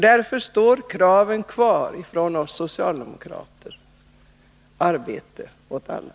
Därför står kravet kvar från oss socialdemokrater — arbete åt alla.